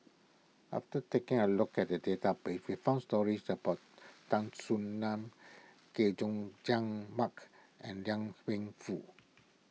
after taking a look at the database we found stories about Tan Soo Nan Chay Jung Jun Mark and Liang Wenfu